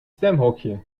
stemhokje